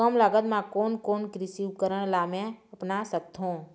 कम लागत मा कोन कोन कृषि उपकरण ला मैं अपना सकथो?